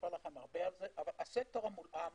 הסקטור המולאם,